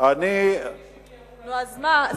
אז מה?